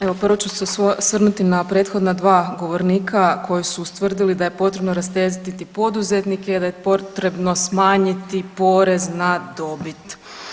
Evo prvo ću se osvrnuti na prethodna dva govornika koji su ustvrdili da je potrebno rasteretiti poduzetnike i da je potrebno smanjiti porez na dobit.